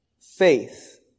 faith